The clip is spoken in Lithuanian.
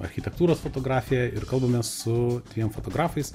architektūros fotografiją ir kalbamės su dviem fotografais